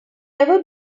ever